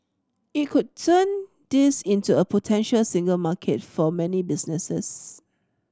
it could turn this into a potential single market for many businesses